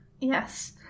Yes